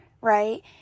right